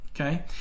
okay